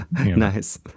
nice